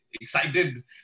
Excited